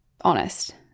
honest